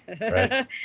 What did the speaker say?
Right